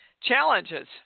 challenges